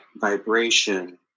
vibration